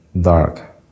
dark